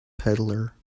peddler